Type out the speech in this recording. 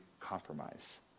compromise